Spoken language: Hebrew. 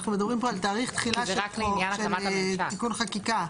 אנחנו מדברים פה על תאריך תחילה של תיקון חקיקה.